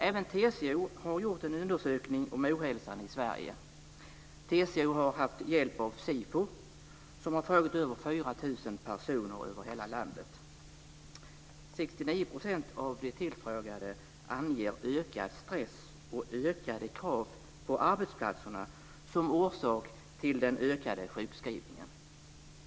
Även TCO har gjort en undersökning om ohälsan i Sverige. TCO har haft hjälp av SIFO, som har frågat över 4 000 personer över hela landet. 69 % av de tillfrågade anger ökad stress och ökade krav på arbetsplatserna som orsak till den ökade sjukskrivningen.